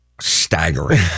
staggering